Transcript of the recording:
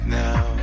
now